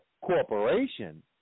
corporation